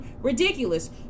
Ridiculous